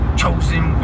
chosen